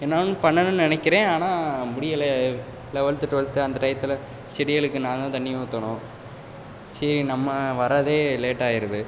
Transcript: என்னான்னு பண்ணனும் நினைக்கிறேன் ஆனால் முடியல லெவல்த்து டுவெல்த்து அந்த டையத்தில் செடிகளுக்கு நான் தான் தண்ணி ஊற்றணும் சரி நம்ம வரதே லேட் ஆயிருது